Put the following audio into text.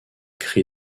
cris